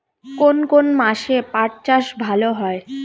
কোন কোন মাসে পাট চাষ ভালো হয়?